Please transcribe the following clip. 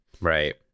Right